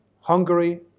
Hungary